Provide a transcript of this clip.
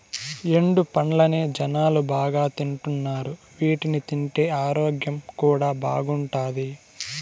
ఎండు పండ్లనే జనాలు బాగా తింటున్నారు వీటిని తింటే ఆరోగ్యం కూడా బాగుంటాది